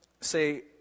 say